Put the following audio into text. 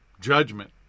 Judgment